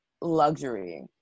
luxury